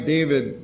David